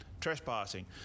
trespassing